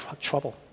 trouble